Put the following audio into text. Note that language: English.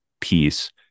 piece